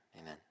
amen